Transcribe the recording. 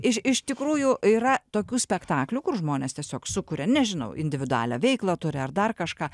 iš iš tikrųjų yra tokių spektaklių kur žmonės tiesiog sukuria nežinau individualią veiklą turi ar dar kažką